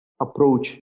approach